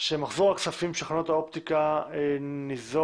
שמחזור הכספים של חנויות האופטיקה ניזוק